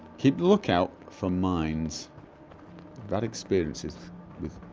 keep look out for mines bad experiences with